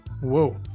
Whoa